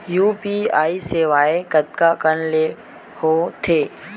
UPI सेवाएं कतका कान ले हो थे?